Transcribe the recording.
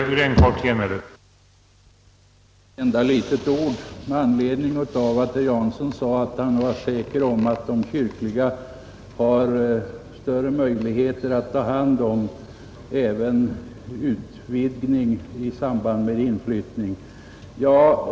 Herr talman! Några få ord med anledning av att herr Jansson sade att han var säker på att de kyrkliga kommunerna har större möjligheter att ta hand om även utvidgning i samband med inflyttning.